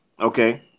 Okay